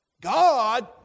God